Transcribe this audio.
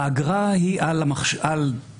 האגרה היא על --- למה?